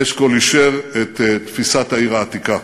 אשכול אישר את תפיסת העיר העתיקה.